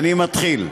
אני מתחיל.